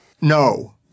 no